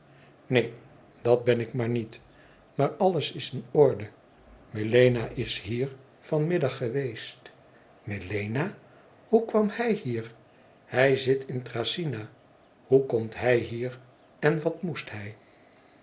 neen dat ben ik maar niet maar alles is in orde melena is hier van middag geweest melena hoe kwam hij hier hij zit in thracyna hoe komt hij hier en wat moest hij